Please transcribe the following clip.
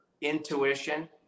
intuition